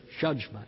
judgment